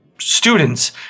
Students